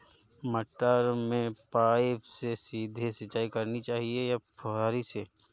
मटर में पाइप से सीधे सिंचाई करनी चाहिए या फुहरी से?